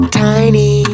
tiny